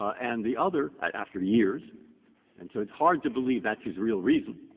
and the other, after years, and so it's hard to believe that's his real reason.